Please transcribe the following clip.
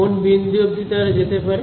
কোন বিন্দু অব্দি তারা যেতে পারে